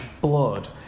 blood